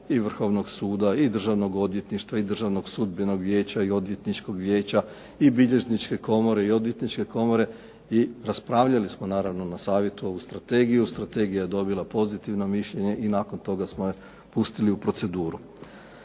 i Vrhovnog suda i Državnog odvjetništva i Državnog sudbenog vijeća i odvjetničkog vijeća i Bilježničke komore i Odvjetničke komore i raspravljali smo naravno na savjetu ovu strategiju. Strategija je dobila pozitivno mišljenje i nakon toga smo je pustili u proceduru.